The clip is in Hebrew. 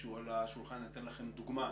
שהוא על השולחן אתן לכם דוגמה,